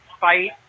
fight